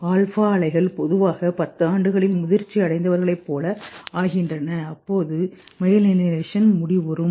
alpha அலைகள் பொதுவாக 10 ஆண்டுகளில் முதிர்ச்சியடைந்தவர்களைப் போல ஆகின்றன அப்போது மெயலீனேஷன் முடிவுறும்